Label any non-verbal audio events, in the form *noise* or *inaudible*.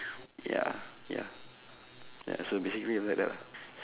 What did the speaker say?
*breath* ya ya ya so basically it's just like that lah